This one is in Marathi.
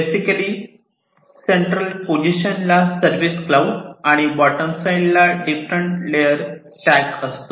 बेसिकली सेंट्रल पोझिशनला सर्विस क्लाऊड आणि बॉटम साईडला डिफरंट लेअर स्टॅक असतो